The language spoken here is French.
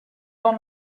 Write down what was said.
dans